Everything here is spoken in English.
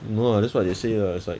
!wah! that's what they say lah it's like